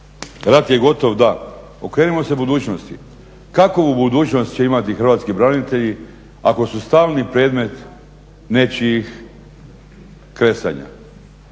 rat je gotov da, okrenimo se budućnosti. Kakovu budućnost će imati hrvatski branitelji ako su stalni predmet nečijih kresanja.